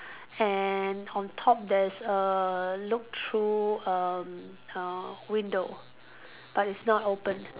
and on top there's a look through um uh window but it's not open